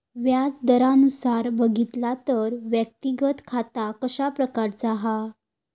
व्याज दरानुसार बघितला तर व्यक्तिगत खाता कशा प्रकारचा हा?